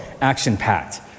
action-packed